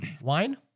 Wine